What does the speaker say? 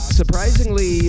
surprisingly